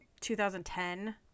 2010